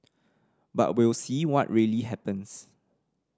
but we'll see what really happens